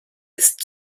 ist